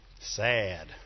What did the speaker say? sad